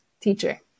teacher